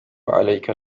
عليك